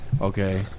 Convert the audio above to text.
Okay